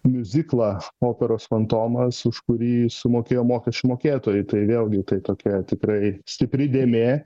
miuziklą operos fantomas už kurį sumokėjo mokesčių mokėtojai tai vėlgi tai tokia tikrai stipri dėmė